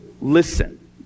listen